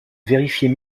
vérifier